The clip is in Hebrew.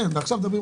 לא, לא מדבר על